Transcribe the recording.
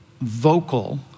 vocal